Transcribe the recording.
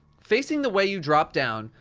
facing the way you drop down,